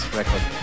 record